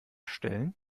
stellen